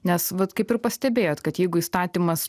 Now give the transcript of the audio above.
nes vat kaip ir pastebėjot kad jeigu įstatymas